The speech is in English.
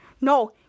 no